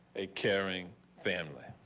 a caring family.